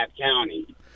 County